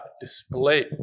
display